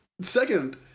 Second